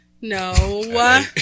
No